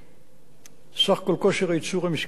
סך כל כושר הייצור המשקי היה 11,880,